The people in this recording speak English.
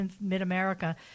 mid-America